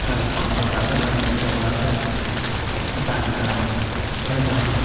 कभी पाँच सए ओकरासँ कभी दू सए ओकरासँ कुत्ता कि तरह करैत रहल